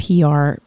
PR